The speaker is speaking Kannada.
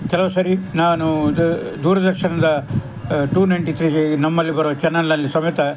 ಕೆಲವು ಸರಿ ನಾನು ದ ದೂರದರ್ಶನದ ಟು ನೈಂಟಿ ತ್ರೀ ನಮ್ಮಲ್ಲಿ ಬರುವ ಚಾನೆಲಿನಲ್ಲಿ ಸಮೇತ